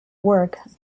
work